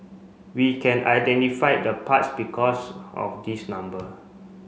we can identify the parts because of these number